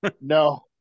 No